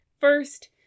First